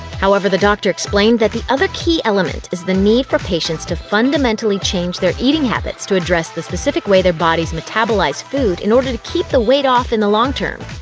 however, the doctor explained that the other key element is the need for patients to fundamentally change their eating habits to address the specific way their bodies metabolize food in order to keep the weight off in the long term.